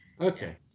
Okay